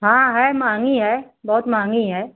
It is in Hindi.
हाँ है महँगी है बहुत महँगी है